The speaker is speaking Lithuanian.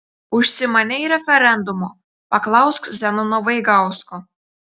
užsimanei referendumo paklausk zenono vaigausko